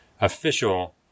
official